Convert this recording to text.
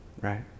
Right